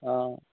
ஆ